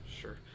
Sure